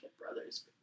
Brothers